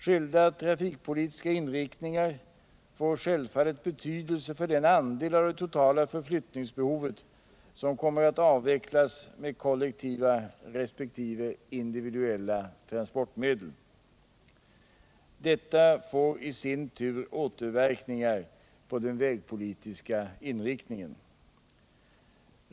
Skilda trafikpolitiska inriktningar får självfallet betydelse för den andel av det totala förflyttningsbehovet som kommer att avvecklas med kollektiva resp. individuella transportmedel. Detta får i sin tur återverkningar på den vägpolitiska inriktningen.